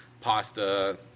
pasta